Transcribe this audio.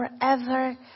forever